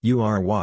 U-R-Y